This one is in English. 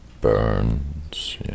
burns